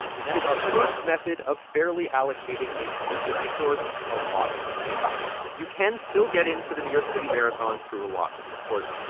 and that is our first method of fairly allocating a scarce resource a lottery and you can still get into the new york city marathon through a lottery. of course,